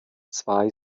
zwei